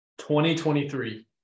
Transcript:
2023